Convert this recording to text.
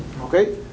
Okay